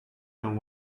know